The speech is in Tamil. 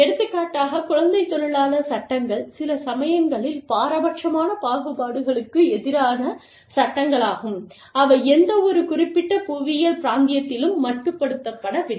எடுத்துக்காட்டாக குழந்தைத் தொழிலாளர் சட்டங்கள் சில சமயங்களில் பாரபட்சமான பாகுபாடுகளுக்கு எதிரான சட்டங்களாகும் அவை எந்தவொரு குறிப்பிட்ட புவியியல் பிராந்தியத்திலும் மட்டுப்படுத்தப்படவில்லை